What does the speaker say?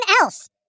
else